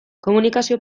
komunikazio